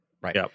Right